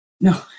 No